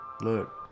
look